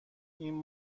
این